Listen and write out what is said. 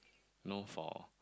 know for